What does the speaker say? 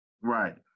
right